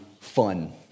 fun